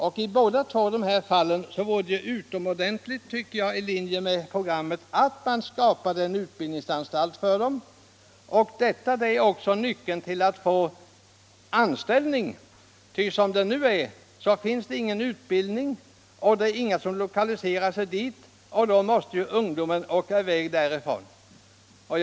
För att åstadkomma detta för Simrishamns del borde en utbildningsanstalt skapas för ungdomen där. En sådan skulle också vara en nyckel till att få anställning. Som läget nu är finns ingen utbildning där, inga företag lokaliserar sig dit och ungdomen tvingas därför att flytta.